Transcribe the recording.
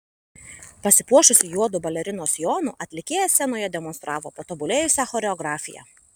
pasipuošusi juodu balerinos sijonu atlikėja scenoje demonstravo patobulėjusią choreografiją